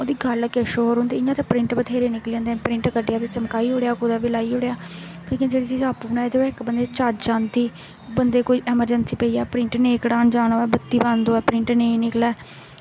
ओह्दा गल्ल किश बक्खरी होंदी ऐ इ'यां ते प्रिंट बथ्हेरे निकली जंदे नै प्रिंट कड्ढियै चपकाई ओड़ेआ कुतै बी लेकिन जेह्की चीज आपूं बनाई दी होऐ इक बंदे गी चज्ज औंदी बंदे गी कोई अमरजैंसी पेई जा प्रिंट कढाने गी नेईं जाना होऐ प्रिंट नेईं निकलै